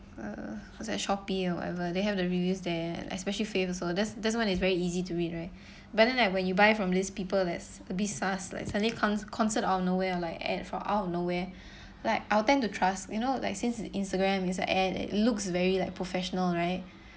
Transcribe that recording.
uh was it Shopee or whatever they have the reviews there especially fave also this one is very easy to read right but then like when you buy from these people like sa~ a bit suddenly comes concert out of nowhere or like ad from out of nowhere like I'll tend to trust you know like since Instagram insta ad it looks very like professional right